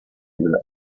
del